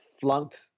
flunked